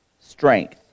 strength